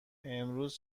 امروز